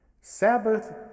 Sabbath